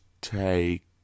take